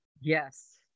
yes